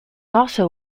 also